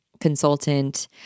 consultant